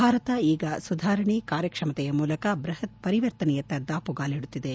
ಭಾರತ ಈಗ ಸುಧಾರಣೆ ಕಾರ್ಯಕ್ಷಮತೆಯ ಮೂಲಕ ಬೃಹತ್ ಪರಿವರ್ತನೆಯತ್ತ ದಾಪುಗಾಲಿಡುತ್ತಿದೆ